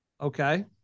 Okay